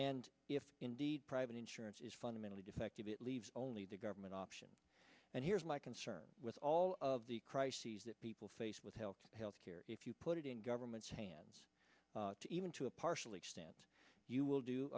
and if indeed private insurance is fundamentally defective it leaves only the government option and here's my concern with all of the crises that people face with health health care if you put it in government's hands even to a partial extent you will do